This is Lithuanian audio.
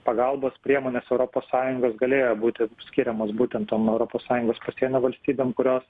pagalbos priemonės europos sąjungos galėjo būti skiriamos būtent tom europos sąjungos pasienio valstybėm kurios